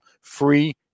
free